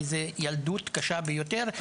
כי זו ילדות קשה ביותר,